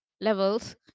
levels